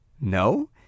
No